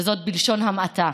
וזאת בלשון המעטה.